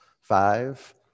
Five